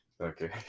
Okay